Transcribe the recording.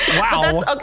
Wow